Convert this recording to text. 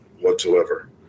whatsoever